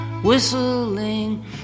Whistling